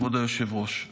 כבוד היושב-ראש,